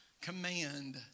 command